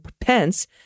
Pence